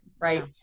Right